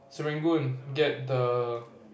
Serangoon get the